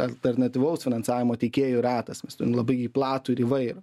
alternatyvaus finansavimo teikėjų ratas mes turim labai jį platų ir įvairų